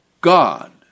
God